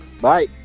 Bye